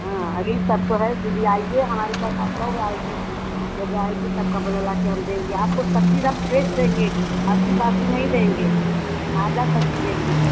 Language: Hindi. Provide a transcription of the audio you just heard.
हाँ यही सब तो है दीदी आइए हमारे पास आप कब आएँगी जब आएँगी तब का बोलेला कि हम देंगे आपको सब्ज़ी सब फ्रेस देंगे आसी बासी नहीं देंगे ताज़ा सब्ज़ी देंगे